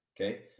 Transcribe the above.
Okay